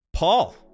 Paul